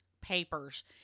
papers